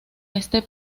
este